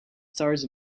stars